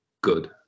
good